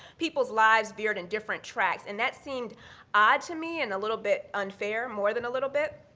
people's lives veered in different tracks. and that seemed odd to me and a little bit unfair, more than a little bit.